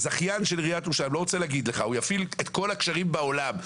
הוא יפעיל את כל הקשרים בעולם,